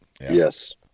yes